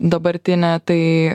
dabartinę tai